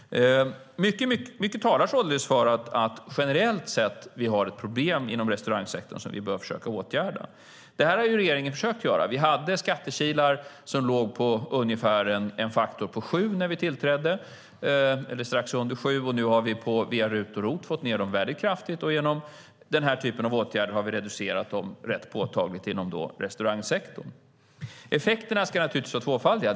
Mycket talar således för att vi generellt sett har ett problem inom restaurangsektorn som vi bör försöka åtgärda. Det har regeringen försökt göra. Vi hade skattekilar som låg på en faktor på strax under 7 när vi tillträdde, och nu har vi via RUT och ROT fått ned dem väldigt kraftigt. Genom den här typen av åtgärder har vi reducerat dem rätt påtagligt inom restaurangsektorn. Effekterna ska vara tvåfaldiga.